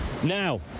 now